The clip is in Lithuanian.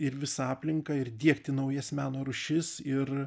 ir visą aplinką ir diegti naujas meno rūšis ir